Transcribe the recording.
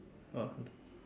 ah